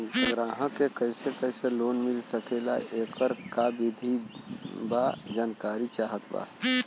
ग्राहक के कैसे कैसे लोन मिल सकेला येकर का विधि बा जानकारी चाहत बा?